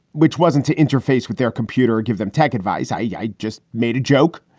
which wasn't to interface with their computer. give them tech advice. i yeah i just made a joke.